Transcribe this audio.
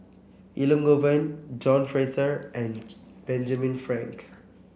Elangovan John Fraser and Benjamin Frank